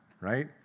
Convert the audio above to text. right